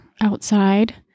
outside